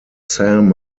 saint